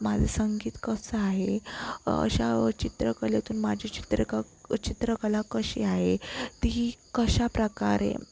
माझं संगीत कसं आहे अशा चित्रकलेतून माझी चित्रक चित्रकला कशी आहे ती कशा प्रकारे